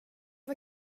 var